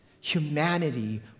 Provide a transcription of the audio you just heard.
Humanity